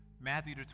Matthew